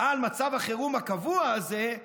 על מצב החירום הקבוע הזה,